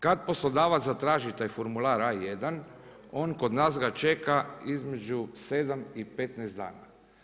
Kad poslodavac zatraži taj formular A1 on kod nas ga čeka između 7 i 15 dana.